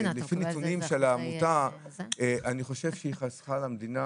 שלפי נתונים של העמותה, אני חושב שהיא חסכה למדינה